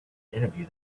interview